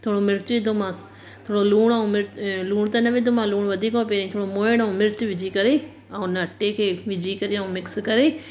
थोड़ो मिर्च विधोमास थोड़ो लुणु अऊं मिर्च लुणु त न विधो मां लुणु वधीक हो पहिरो खां मोइण अऊं मिर्च विझी करे अऊं हुन अटे खे विझी करे अऊं मिक्स करे